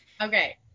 Okay